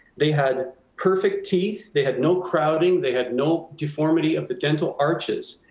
they had perfect teeth, they had no crowding, they had no deformity of the dental arches.